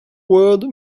word